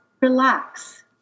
relax